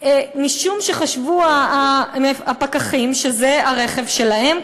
משום שהפקחים חשבו שזה הרכב שלהם,